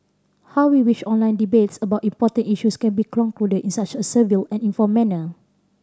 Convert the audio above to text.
how we wish online debates about important issues can be concluded in such a civil and informed manner